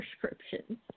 prescriptions